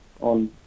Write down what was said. on